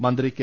മന്ത്രി കെ